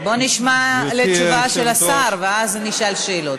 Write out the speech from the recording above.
בואי נשמע את התשובה של השר, ואז נשאל שאלות.